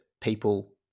people